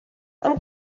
going